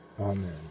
Amen